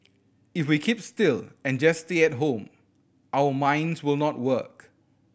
if we keep still and just stay at home our minds will not work